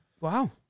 Wow